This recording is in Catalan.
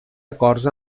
acords